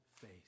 face